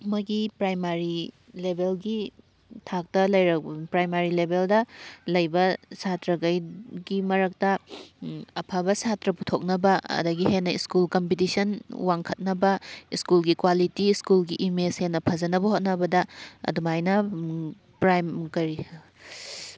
ꯃꯣꯏꯒꯤ ꯄ꯭ꯔꯥꯏꯃꯥꯔꯤ ꯂꯦꯚꯦꯜꯒꯤ ꯊꯥꯛꯇ ꯄ꯭ꯔꯥꯏꯃꯔꯤ ꯂꯦꯚꯦꯜꯗ ꯂꯩꯕ ꯁꯥꯇ꯭ꯔꯈꯩꯒꯤ ꯃꯔꯛꯇ ꯑꯐꯕ ꯁꯥꯇ꯭ꯔ ꯄꯨꯊꯣꯛꯅꯕ ꯑꯗꯒꯤ ꯍꯦꯟꯅ ꯁ꯭ꯀꯨꯜ ꯀꯝꯄꯤꯇꯤꯁꯟ ꯋꯥꯡꯈꯠꯅꯕ ꯁ꯭ꯀꯨꯜꯒꯤ ꯀ꯭ꯋꯥꯂꯤꯇꯤ ꯁ꯭ꯀꯨꯜꯒꯤ ꯏꯃꯦꯖ ꯍꯦꯟꯅ ꯐꯖꯅꯕ ꯍꯣꯠꯅꯕꯗ ꯑꯗꯨꯃꯥꯏꯅ ꯄ꯭ꯔꯥꯏꯝ ꯀꯔꯤ